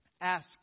Ask